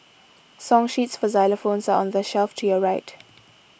song sheets for xylophones are on the shelf to your right